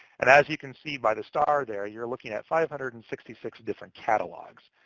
and as you can see by the star there, you're looking at five hundred and sixty six different catalogs.